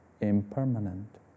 impermanent